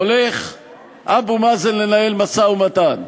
הולך אבו מאזן לנהל משא-ומתן,